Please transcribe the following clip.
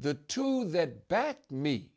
the two that back me